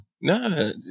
No